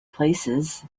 places